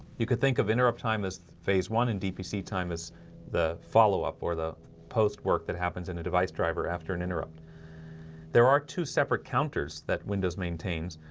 you could think of interrupt time as phase one and dpc time is the follow-up or the post work that happens in a device driver after an interrupt there are two separate counters that windows maintains,